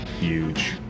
huge